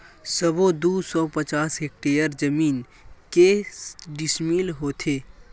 सबो दू सौ पचास हेक्टेयर जमीन के डिसमिल होथे?